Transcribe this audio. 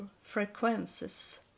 frequencies